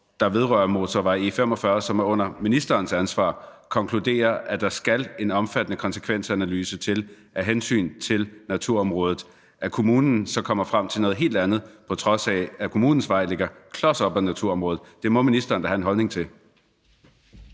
der vedrører motorvej E45, som er på ministerens ansvarsområde, konkluderer, at der skal en omfattende konsekvensanalyse til af hensyn til naturområdet, og kommunen så kommer frem til noget helt andet, på trods af at kommunens vej ligger klos op af naturområdet, så må ministeren da have en holdning til